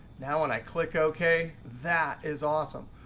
now when i click ok, that is awesome.